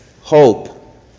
hope